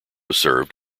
served